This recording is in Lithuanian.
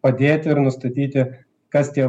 padėti ir nustatyti kas tie